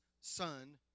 son